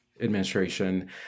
administration